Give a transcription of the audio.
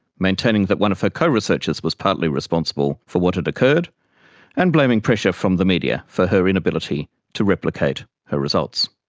maintaining that one of her co-researchers was partly responsible for what had occurred and blaming pressure from the media for her inability to replicate her results.